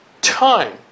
time